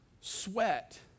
sweat